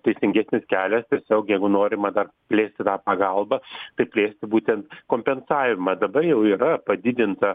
teisingesnis kelias tiesiog jeigu norima dar plėsti tą pagalbą tai plėsti būtent kompensavimą dabar jau yra padidinta